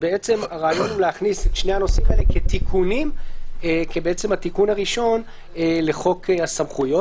הרעיון הוא להכניס את שני הנושאים האלה כתיקונים לחוק הסמכויות.